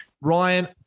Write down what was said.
Ryan